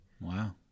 wow